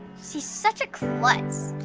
she's such a klutz.